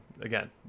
again